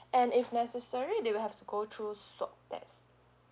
and if necessary they will have to go through swab test